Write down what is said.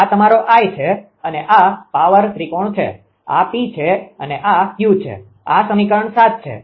આ તમારો I છે અને આ પાવર ત્રિકોણ છે આ P છે અને આ Q છે આ સમીકરણ છે